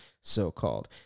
so-called